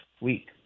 week